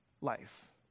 life